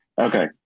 Okay